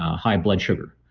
high blood sugar.